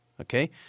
Okay